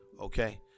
Okay